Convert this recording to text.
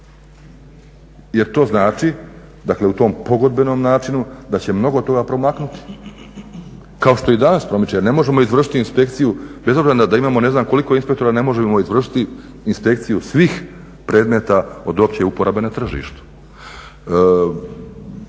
jer to znači dakle u tom pogodbenom načinu da će mnogo toga promaknuti, kao što i danas promiče jer ne možemo izvršiti inspekciju, bez obzira da imamo ne znam koliko inspektora ne možemo izvršiti inspekciju svih predmeta od opće uporabe na tržištu.